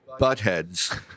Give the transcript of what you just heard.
buttheads